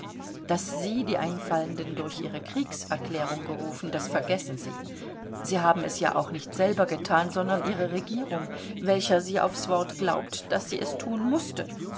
daß sie die einfallenden durch ihre kriegserklärung gerufen das vergessen sie sie haben es ja auch nicht selber gethan sondern ihre regierung welcher sie aufs wort geglaubt daß sie es thun mußte